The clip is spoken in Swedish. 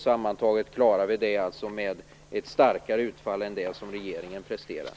Sammantaget klarar vi det med ett starkare utfall än det som regeringen presterar.